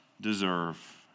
deserve